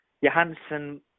Johansson